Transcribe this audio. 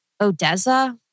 Odessa